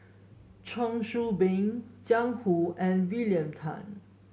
Cheong Soo Pieng Jiang Hu and William Tan